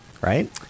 Right